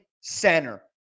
center